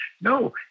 No